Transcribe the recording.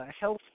health